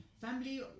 family